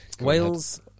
Wales